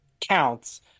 counts